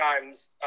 times